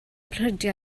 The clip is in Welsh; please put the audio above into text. prydau